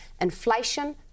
Inflation